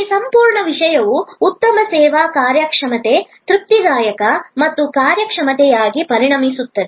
ಈ ಸಂಪೂರ್ಣ ವಿಷಯವು ಉತ್ತಮ ಸೇವಾ ಕಾರ್ಯಕ್ಷಮತೆ ತೃಪ್ತಿದಾಯಕ ಸೇವಾ ಕಾರ್ಯಕ್ಷಮತೆಯಾಗಿ ಪರಿಣಮಿಸುತ್ತದೆ